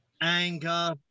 anger